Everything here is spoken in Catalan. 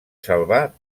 salvar